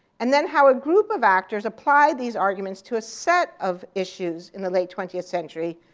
and then how a group of actors applied these arguments to a set of issues in the late twentieth century,